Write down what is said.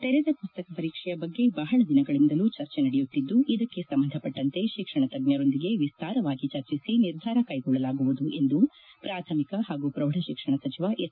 ತೆರೆದ ಮಸ್ತಕ ಪರೀಕ್ಷೆಯ ಬಗ್ಗೆ ಬಹಳ ದಿನಗಳಿಂದಲೂ ಚರ್ಚೆ ನಡೆಯುತ್ತಿದ್ದು ಇದಕ್ಕೆ ಸಂಬಂಧಪಟ್ಟಂತೆ ಶಿಕ್ಷಣ ತಜ್ಞರೊಂದಿಗೆ ವಿಸ್ತಾರವಾಗಿ ಚರ್ಚಿಸಿ ನಿರ್ಧಾರ ಕೈಗೊಳ್ಳಲಾಗುವುದು ಎಂದು ಪ್ರಾಥಮಿಕ ಹಾಗೂ ಪ್ರೌಢಶಿಕ್ಷಣ ಸಚಿವ ಎಸ್